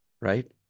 Right